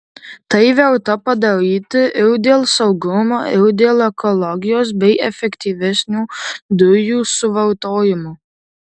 tai verta padaryti ir dėl saugumo ir dėl ekologijos bei efektyvesnio dujų suvartojimo